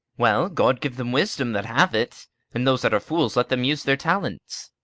well, god give them wisdom that have it and those that are fools, let them use their talents.